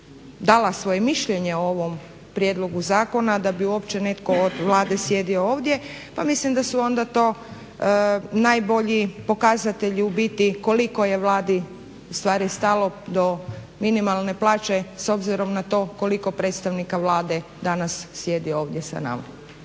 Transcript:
dala svoje mišljenje o ovom prijedlogu zakona da bi uopće netko od Vlade sjedio ovdje pa mislim da su onda to najbolji pokazatelji u biti koliko je Vladi ustvari stalo do minimalne plaće s obzirom na to koliko predstavnika Vlade danas sjedi ovdje sa nama.